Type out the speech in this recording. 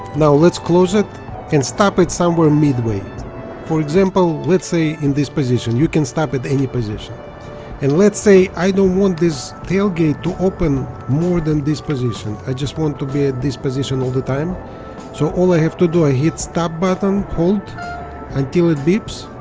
now let's close it stop it somewhere midway for example let's say in this position you can stop at any position and let's say i don't want this tailgate to open more than this position i just want to be at this position all the time so all i have to do i hit stop button hold until it beeps